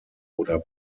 oder